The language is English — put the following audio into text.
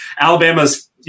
Alabama's